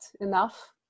enough